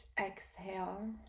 exhale